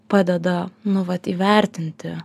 padeda nu vat įvertinti